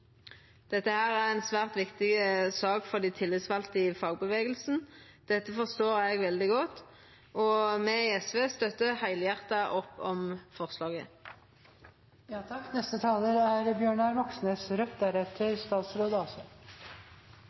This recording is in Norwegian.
er ei svært viktig sak for dei tillitsvalde i fagbevegelsen. Dette forstår eg veldig godt, og me i SV støttar heilhjarta opp om forslaget.